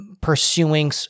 Pursuing